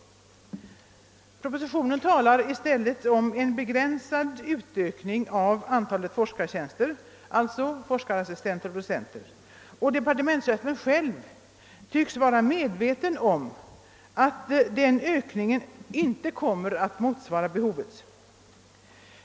I propositionen talas det i stället om en begränsad utökning av antalet forskartjänster, alltså forskarassistenter och docenier, och departementschefen tycks själv vara medveten om att den ökningen inte kommer att motsvara behoven.